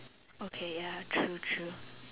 okay ya true true